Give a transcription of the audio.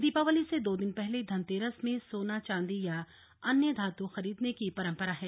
दीपावली से दो दिन पहले धनतेरस में सोना चांदी या अन्य धातु खरीदने की परंपरा है